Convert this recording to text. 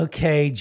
Okay